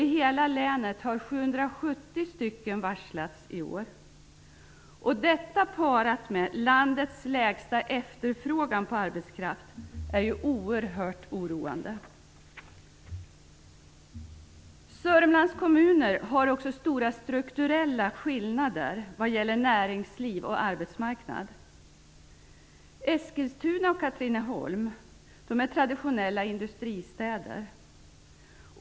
I hela länet har 770 personer varslats i år. Detta, parat med landets lägsta efterfrågan på arbetskraft, är oerhört oroande. Sörmlands kommuner visar också upp stora strukturella skillnader vad gäller näringsliv och arbetsmarknad. Eskilstuna och Katrineholm är traditionella industristäder.